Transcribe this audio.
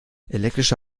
elektrische